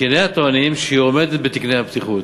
מתקיניה טוענים שהיא עומדת בתקני הבטיחות,